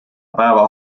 päeva